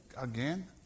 again